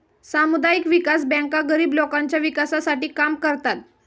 सामुदायिक विकास बँका गरीब लोकांच्या विकासासाठी काम करतात